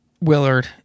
Willard